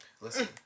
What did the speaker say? Listen